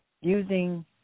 using